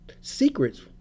Secrets